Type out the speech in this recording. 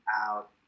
out